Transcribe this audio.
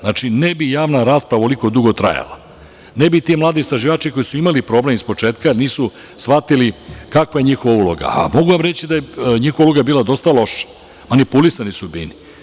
Znači, ne bi javna rasprava ovoliko dugo trajala, ne bi ti mladi istraživači koji su imali problem ispočetka, jer nisu shvatili kakva je njihova uloga, a mogu vam reći da je njihova uloga bila dosta loša, manipulisani su bili.